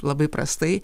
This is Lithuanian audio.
labai prastai